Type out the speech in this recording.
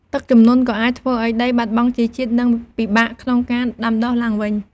ទឹកជំនន់ក៏អាចធ្វើឱ្យដីបាត់បង់ជីជាតិ និងពិបាកក្នុងការដាំដុះឡើងវិញ។